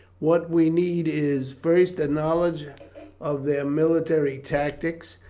what we need is first a knowledge of their military tactics,